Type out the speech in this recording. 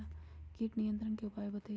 किट नियंत्रण के उपाय बतइयो?